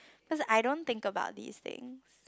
because I don't think about these things